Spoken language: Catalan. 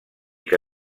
que